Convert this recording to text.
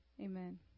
Amen